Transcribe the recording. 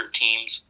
teams